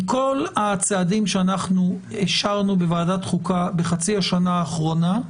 שמכל הצעדים שאנחנו אישרנו בוועדת החוקה בחצי השנה האחרונה,